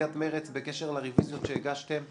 נציגת מרצ בקשר לרביזיות שהגשתם,